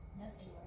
Yes